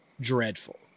dreadful